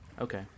Okay